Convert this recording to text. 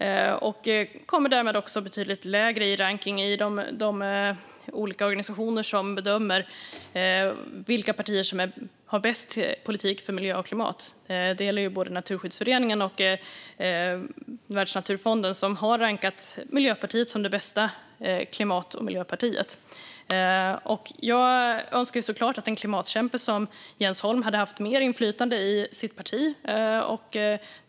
Vänsterpartiet kommer därmed också betydligt lägre i rankningen av de olika organisationer som bedömer vilka partier som har bäst politik för miljö och klimat. Det gäller både Naturskyddsföreningen och Världsnaturfonden, som har rankat Miljöpartiet som det bästa klimat och miljöpartiet. Jag hade såklart önskat att en klimatkämpe som Jens Holm haft mer inflytande i sitt parti.